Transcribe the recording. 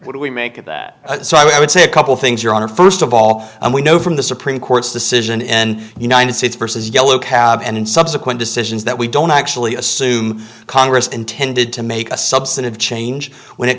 what do we make of that so i would say a couple things your honor st of all we know from the supreme court's decision in united states versus yellow cab and in subsequent decisions that we don't actually assume congress intended to make a substantive change when it